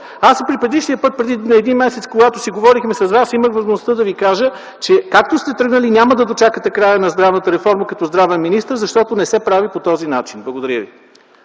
Аз и преди един месец, когато си говорихме с Вас, имах възможността да Ви кажа, че както сте тръгнали, няма да дочакате края на здравната реформа като здравен министър, защото не се прави по този начин. Благодаря Ви.